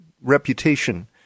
reputation